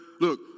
look